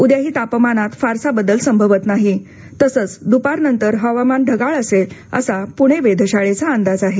उद्याही तापमानात फारसा बदल संभवत नाही तसंच दुपार नंतर हवामान ढगाळ असेल असा पूणे वेधशाळेचा अंदाज आहे